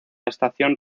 estación